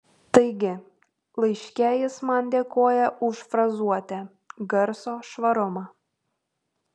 taigi laiške jis man dėkoja už frazuotę garso švarumą